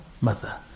mother